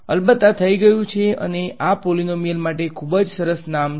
અલબત્ત આ થઈ ગયું છે અને આ પોલીનોમીયલ ઓ માટે ખૂબ સરસ નામ છે